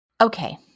Okay